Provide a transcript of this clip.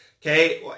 Okay